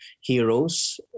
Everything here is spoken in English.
heroes